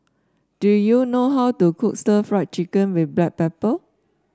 do you know how to cook stir Fry Chicken with Black Pepper